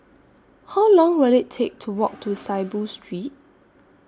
How Long Will IT Take to Walk to Saiboo Street